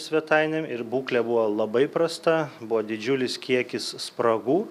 svetainėm ir būklė buvo labai prasta buvo didžiulis kiekis spragų